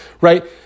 right